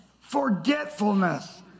Forgetfulness